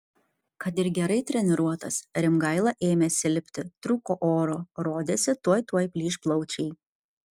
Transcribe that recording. kad ir gerai treniruotas rimgaila ėmė silpti trūko oro rodėsi tuoj tuoj plyš plaučiai